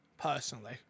personally